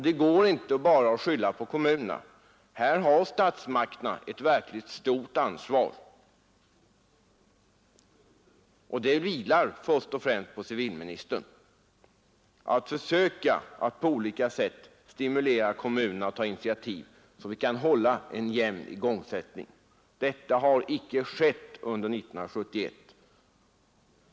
Det går inte att bara skylla på kommunerna. Här har statsmakterna ett verkligt stort ansvar. Det ankommer först och främst på civilministern att på olika sätt försöka stimulera kommunerna att ta initiativ, så att vi kan hålla en jämn igångsättning. Detta har icke skett under 1971.